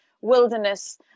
wilderness